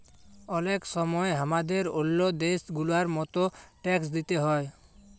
অলেক সময় হামাদের ওল্ল দ্যাশ গুলার মত ট্যাক্স দিতে হ্যয়